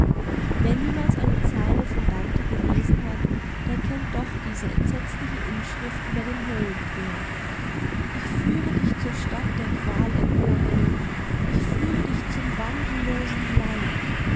wer niemals eine zeile von dante gelesen hat der kennt doch diese entsetzliche inschrift über dem höllentor ich führe dich zur stadt der qualerkorenen ich führe dich zum wandellosen leid